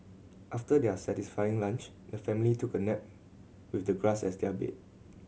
after their satisfying lunch the family took a nap with the grass as their bed